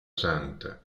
santa